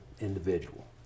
individual